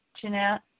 Jeanette